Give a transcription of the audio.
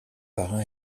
parrain